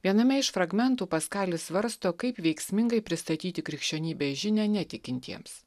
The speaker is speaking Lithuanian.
viename iš fragmentų paskalis svarsto kaip veiksmingai pristatyti krikščionybės žinią netikintiems